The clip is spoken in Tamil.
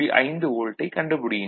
5 வோல்ட்டை கண்டுபிடியுங்கள்